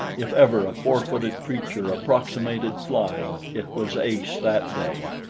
if ever a four-footed creature approximated flying, it was ace that day.